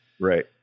Right